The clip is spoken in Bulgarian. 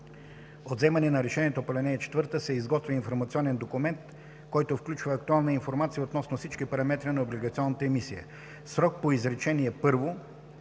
вземане на решението по ал. 4 се изготвя информационен документ, който включва актуална информация относно всички параметри на облигационната емисия. В срока по изречение първо,